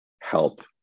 help